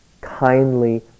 kindly